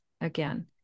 again